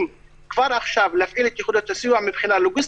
כבר עכשיו להפעיל את יחידות הסיוע מבחינה לוגיסטית,